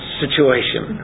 situation